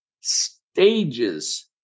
stages